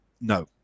No